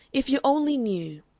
if you only knew!